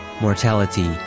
Mortality